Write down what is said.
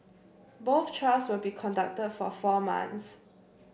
both trials will be conducted for four months